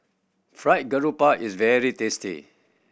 Fried Garoupa is very tasty